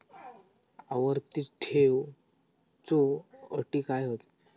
आवर्ती ठेव च्यो अटी काय हत?